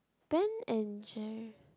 Ben and Jerry